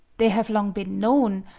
they have long been known,